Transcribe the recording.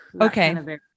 Okay